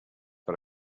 per